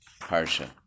Parsha